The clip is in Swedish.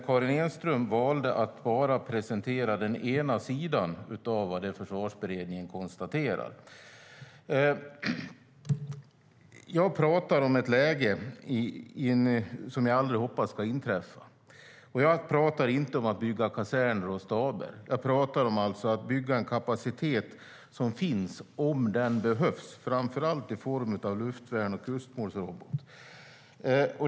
Karin Enström valde alltså att bara presentera den ena sidan av vad Försvarsberedningen konstaterar. Jag talar om ett läge som jag hoppas aldrig ska inträffa, och jag talar inte om att bygga kaserner och staber. Jag talar om att bygga en kapacitet som ska finnas om den behövs, framför allt i form av luftvärn och kustmålsrobot.